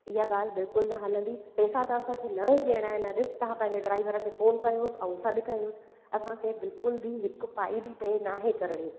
इहा ॻाल्हि बिल्कुलु न हलंदी पैसा त असांखे न ई ॾियणा आहिनि अॼु तव्हां पंहिंजे ड्राइवर खे फ़ोन कयोसि ऐं सॾु कयोसि असांखे बिल्कुलु बि हिकु पाई बि पे नाहे करणी